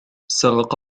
سرق